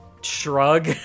shrug